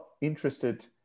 interested